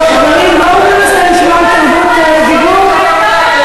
חברים, בואו ננסה לשמור על תרבות דיבור.